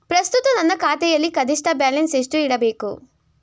ಪ್ರಸ್ತುತ ನನ್ನ ಖಾತೆಯಲ್ಲಿ ಕನಿಷ್ಠ ಬ್ಯಾಲೆನ್ಸ್ ಎಷ್ಟು ಇಡಬೇಕು?